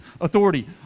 authority